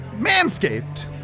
manscaped